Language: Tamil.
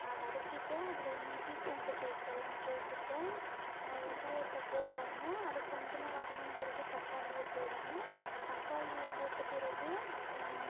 வதக்கிவிட்டு அதில் இஞ்சி பூண்டு பேஸ்ட்டெல்லாம் போட்டுட்டு வெங்காயத்தை போட்டுர்ணும் அது கொஞ்சமாக வதங்கின பிறகு தக்காளியை போடணும் தக்காளியை போட்ட பிறகு